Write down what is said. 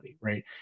right